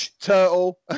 turtle